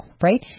right